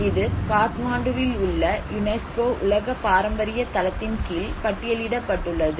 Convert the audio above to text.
இது காத்மாண்டுவில் உள்ள யுனெஸ்கோ உலக பாரம்பரிய தளத்தின் கீழ் பட்டியலிடப்பட்டுள்ளது